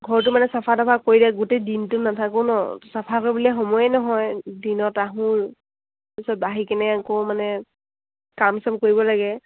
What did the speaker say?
ঘৰটো মানে চফা তফা কৰি দিয়া গোটেই দিনটো নাথাকোঁ ন চাফা কৰিবলৈ সময়ে নহয় দিনত আহোঁ তাৰপিছত বাহি কেনে আকৌ মানে কাম চাম কৰিব লাগে